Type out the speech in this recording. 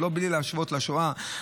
בלי להשוות לשואה,